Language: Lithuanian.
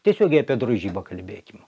tiesiogiai apie drožybą kalbėkim